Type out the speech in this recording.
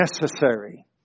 necessary